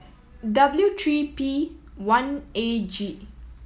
W three P one A G